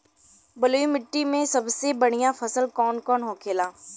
बलुई मिट्टी में सबसे बढ़ियां फसल कौन कौन होखेला?